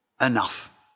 enough